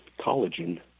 collagen